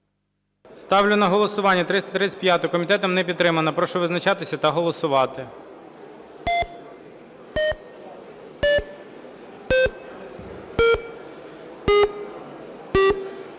Ставлю на голосування 363-ю. Комітет не підтримав. Прошу визначатися та голосувати.